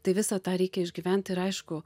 tai visą tą reikia išgyvent ir aišku